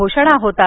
घोषणा होतात